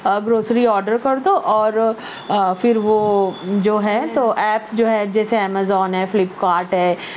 grocery order کر دو اور پھر وہ جو ہے تو ایپ جو ہے جیسے ایمیزون ہے فلپ کارٹ ہے